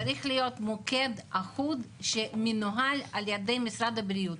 צריך להיות מוקד מאוחד שמנוהל על ידי משרד הבריאות,